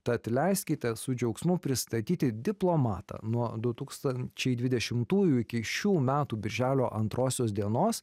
tad leiskite su džiaugsmu pristatyti diplomatą nuo du tūkstančiai dvidešimtųjų iki šių metų birželio antrosios dienos